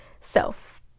self